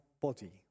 body